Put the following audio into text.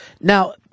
Now